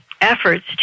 efforts